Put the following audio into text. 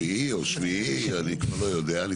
רביעי או שביעי, אני כבר לא יודע.